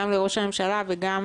גם לראש הממשלה וגם